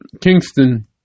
Kingston